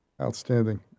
Outstanding